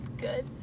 good